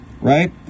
right